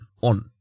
on